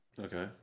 Okay